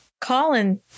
Colin